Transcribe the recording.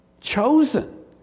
Chosen